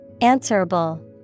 Answerable